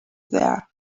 there